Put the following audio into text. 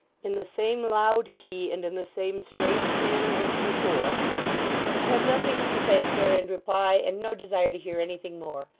in the same loud key, and in the same strange manner as before i have nothing to say, sir, in reply, and no desire to hear anything more.